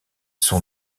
sont